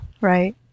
right